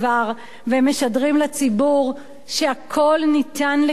והם משדרים לציבור שהכול ניתן לקנייה.